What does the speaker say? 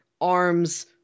arms